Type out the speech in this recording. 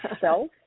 self